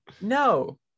No